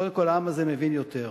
קודם כול, העם הזה מבין יותר.